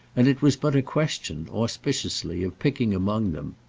and it was but a question, auspiciously, of picking among them.